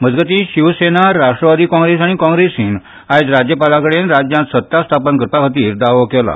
मजगतीं शिवसेना राष्ट्रवादी काँग्रेस आनी काँग्रेसीन आयज राज्यपालांकडे राज्यांत सत्ता स्थापन करपा खातीर दावो केला